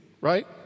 right